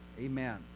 Amen